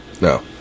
No